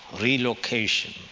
relocation